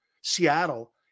Seattle